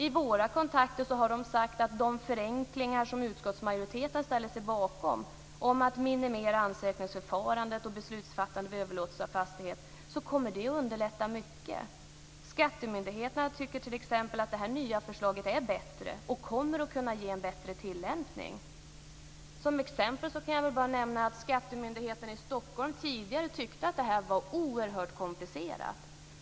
I våra kontakter har de sagt att de förenklingar som utskottsmajoriteten ställer sig bakom om att minimera ansökningsförfarandet och beslutsfattandet vid överlåtelse av fastighet kommer att underlätta mycket. Skattemyndigheterna tycker t.ex. att det nya förslaget är bättre och kommer att kunna få en bättre tillämpning. Som exempel kan jag nämna att skattemyndigheterna i Stockholm tidigare tyckte att detta var oerhört komplicerat.